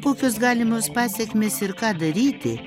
kokios galimos pasekmės ir ką daryti